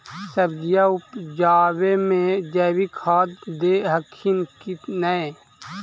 सब्जिया उपजाबे मे जैवीक खाद दे हखिन की नैय?